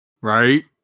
Right